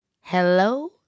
Hello